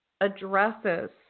addresses